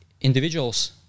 individuals